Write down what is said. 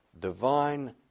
divine